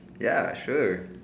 ya sure